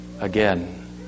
again